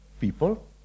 people